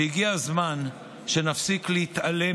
והגיע הזמן שנפסיק להתעלם